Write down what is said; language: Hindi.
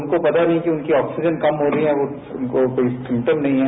उनको पता नहीं है कि उनकी ऑक्सीजन कम हो रही है उनको कोई सिंटम नहीं है